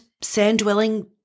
sand-dwelling